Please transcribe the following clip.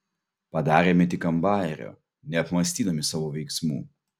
padarėme tik ant bajerio neapmąstydami savo veiksmų